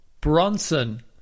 Bronson